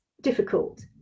difficult